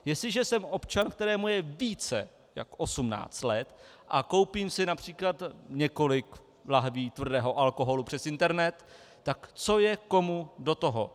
Jestliže jsem občan, kterému je více než 18 let, a koupím si například několik lahví tvrdého alkoholu přes internet, tak co je komu do toho.